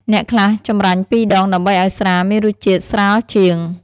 អ្នកខ្លះចម្រាញ់ពីរដង ដើម្បីឱ្យស្រាមានរសជាតិស្រាលជាង។